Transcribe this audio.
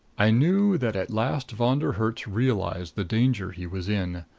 i knew that at last von der herts realized the danger he was in.